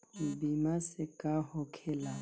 बीमा से का होखेला?